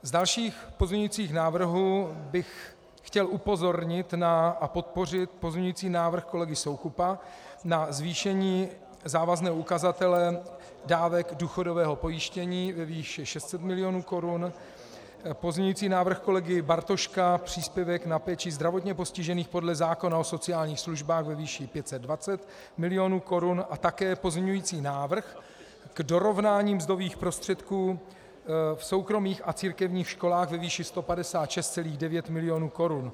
Z dalších pozměňujících návrhů bych chtěl upozornit a podpořit pozměňující návrh kolegy Soukupa na zvýšení závazného ukazatele dávek důchodového pojištění ve výši 600 milionů korun, pozměňující návrh kolegy Bartoška příspěvek na péči zdravotně postižených podle zákona o sociálních službách ve výši 520 milionů korun a také pozměňující návrh k dorovnání mzdových prostředků v soukromých a církevních školách ve výši 156,9 milionu korun.